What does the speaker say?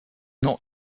not